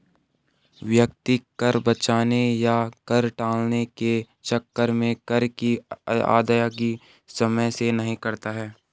व्यक्ति कर बचाने या कर टालने के चक्कर में कर की अदायगी समय से नहीं करता है